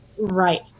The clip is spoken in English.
Right